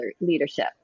leadership